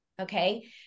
Okay